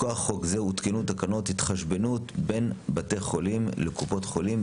מכוח חוק זה הותקנו תקנות התחשבנות בין בתי החולים לקופות החולים,